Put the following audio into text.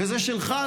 וזה שלך,